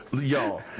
Y'all